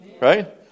Right